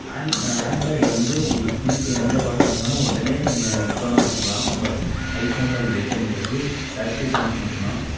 ஆண்ட்ராய்டில் வந்து உங்களுக்கு பிடிச்ச எந்த பாட்டாக இருந்தாலும் உடனே நீங்கள் ரிங்டோன்னா வச்சுக்கலாம் பட் ஐபோனில் அப்படி வைக்க முடியாது செலக்ட்டிவ் சாங்ஸ் மட்டும் தான்